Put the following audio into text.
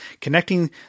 connecting